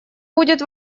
будет